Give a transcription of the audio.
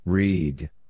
Read